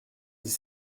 dix